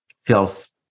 feels